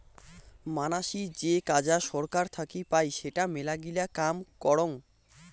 মানাসী যে কাজা সরকার থাকি পাই সেটা মেলাগিলা কাম করং